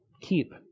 keep